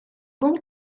golf